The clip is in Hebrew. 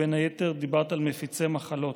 ובין היתר דיברת על מפיצי מחלות.